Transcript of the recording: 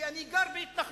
כי אני גר בהתנחלויות.